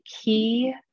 key